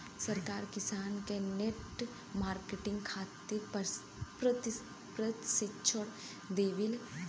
सरकार किसान के नेट मार्केटिंग खातिर प्रक्षिक्षण देबेले?